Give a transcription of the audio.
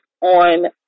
on